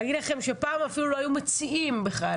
להגיד לכן שפעם אפילו לא היו מציעים בכלל